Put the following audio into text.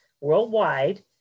worldwide